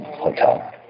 Hotel